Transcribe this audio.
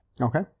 okay